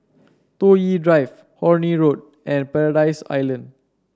Toh Yi Drive Horne Road and Paradise Island